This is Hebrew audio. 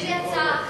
יש לי הצעה אחרת.